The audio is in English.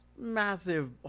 massive